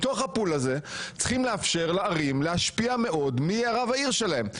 מתוך ה- poolהזה צריכים לאפשר לערים להשפיע מאוד מי יהיה רב העיר שלהם.